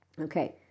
Okay